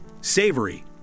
savory